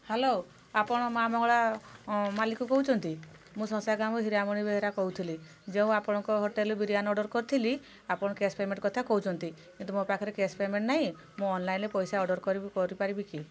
hello ଆପଣ ମା ମଙ୍ଗଳା ମାଲିକ କହୁଛନ୍ତି ମୁଁ ଗ୍ରାମରୁ ବେହେରା କହୁଥିଲି ଯେଉଁ ଆପଣଙ୍କ ହୋଟେଲ ବିରିୟାନୀ ଅର୍ଡ଼ର କରିଥିଲି ଆପଣ କ୍ୟାସ୍ ପେମେଣ୍ଟ୍ କଥା କହୁଛନ୍ତି କିନ୍ତୁ ମୋ ପାଖରେ କ୍ୟାସ୍ ପେମେଣ୍ଟ୍ ନାହିଁ ମୁଁ ଅନଲାଇନ୍ରେ ପଇସା ଅର୍ଡ଼ର୍ କରିପାରିବି କି